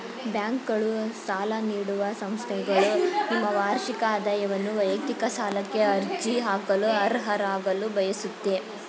ಬ್ಯಾಂಕ್ಗಳು ಸಾಲ ನೀಡುವ ಸಂಸ್ಥೆಗಳು ನಿಮ್ಮ ವಾರ್ಷಿಕ ಆದಾಯವನ್ನು ವೈಯಕ್ತಿಕ ಸಾಲಕ್ಕೆ ಅರ್ಜಿ ಹಾಕಲು ಅರ್ಹರಾಗಲು ಬಯಸುತ್ತೆ